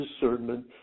discernment